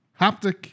haptic